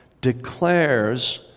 declares